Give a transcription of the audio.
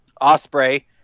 Osprey